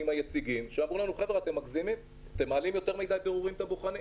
היציגים שאמרו לנו שאנחנו מגזימים עם הפיקוח והבירורים.